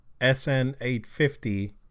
SN850